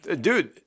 Dude